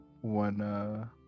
one